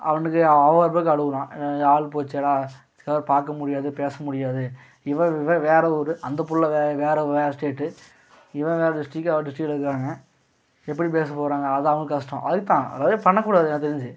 அவனுக்கு அவன் ஒரு பக்கம் அழுகிறான் ஆள் போச்சேடா இதுக்கப்றம் பார்க்க முடியாது பேச முடியாது இவன் இவன் வேற ஊரு அந்த பிள்ள வேற வேற ஸ்டேட்டு இவன் வேற டிஸ்டிக்கு அவள் டிஸ்ட் இருக்காங்க எப்படி பேச போகிறாங்க அது அவனுக்கு கஷ்டம் அதுதான் அந்த மாதிரி பண்ணக்கூடாது எனக்கு தெரிஞ்சு